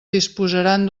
disposaran